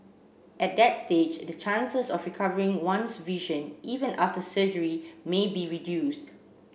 at that stage the chances of recovering one's vision even after surgery may be reduced